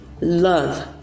love